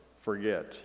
forget